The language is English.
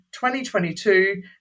2022